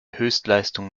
höchstleistung